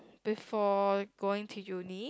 before going to uni